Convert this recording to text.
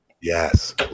Yes